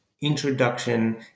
introduction